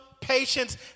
patience